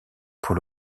pour